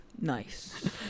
Nice